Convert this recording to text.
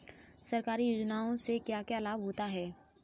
सरकारी योजनाओं से क्या क्या लाभ होता है?